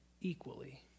equally